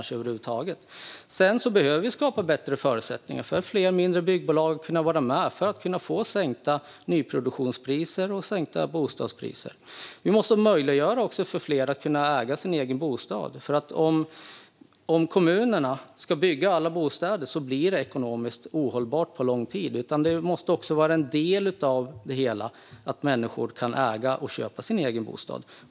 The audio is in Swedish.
Sedan behöver vi skapa förutsättningar för att fler mindre byggbolag ska kunna vara med, så att man får sänkta nyproduktionspriser och sänkta bostadspriser. Vi måste också möjliggöra för fler att äga sin egen bostad. Om kommunerna ska bygga alla bostäder blir det ekonomiskt ohållbart på lång sikt. Det måste också vara en del av det hela att människor kan äga och köpa sin egen bostad.